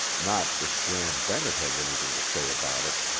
not if gram bennett had anything to say about it.